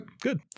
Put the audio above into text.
Good